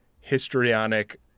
histrionic